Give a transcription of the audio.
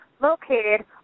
located